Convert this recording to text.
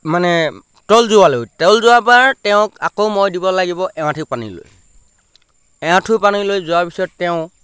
মানে তল যোৱা লৈ তল যোৱাৰপৰা তেওঁক আকৌ মই দিব লাগিব এআঁঠু পানী লৈ এআঁঠু পানী লৈ যোৱাৰ পিছত তেওঁ